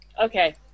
Okay